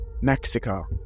Mexico